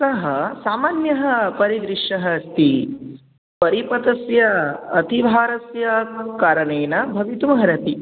सः सामान्यः परिदृश्यः अस्ति परिपथस्य अतिभारस्य कारणेन भवितुमर्हति